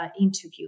interview